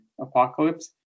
Apocalypse